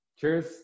Cheers